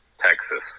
Texas